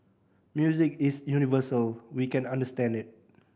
music is universal we can understand it